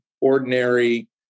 ordinary